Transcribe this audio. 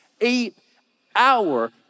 eight-hour